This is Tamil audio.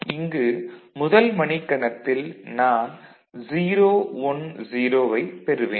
இங்கு முதல் மணிக் கணத்தில் நான் 010 ஐப் பெறுவேன்